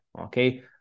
okay